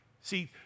See